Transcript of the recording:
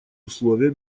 условия